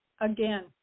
again